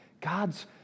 God's